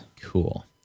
cool